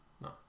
no